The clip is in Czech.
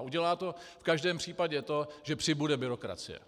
Udělá to v každém případě to, že přibude byrokracie,